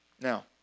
Now